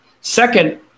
Second